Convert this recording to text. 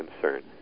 concern